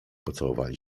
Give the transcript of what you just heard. pocałowali